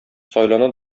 сайлана